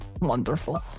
Wonderful